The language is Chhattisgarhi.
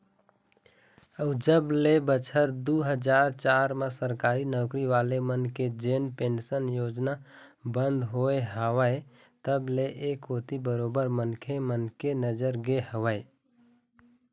अउ जब ले बछर दू हजार चार म सरकारी नौकरी वाले मन के जेन पेंशन योजना बंद होय हवय तब ले ऐ कोती बरोबर मनखे मन के नजर गे हवय